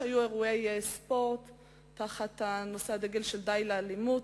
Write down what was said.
התקיימו אירועי ספורט תחת הדגל של "די לאלימות".